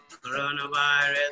Coronavirus